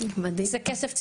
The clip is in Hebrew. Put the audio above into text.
זה כסף ציבורי,